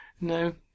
no